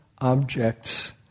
objects